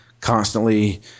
constantly